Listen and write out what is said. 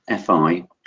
fi